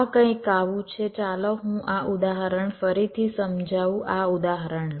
આ કંઈક આવુ છે ચાલો હું આ ઉદાહરણ ફરીથી સમજાવું આ ઉદાહરણ લો